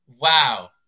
Wow